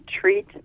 treat